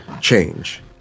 change